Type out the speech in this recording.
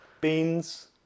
Beans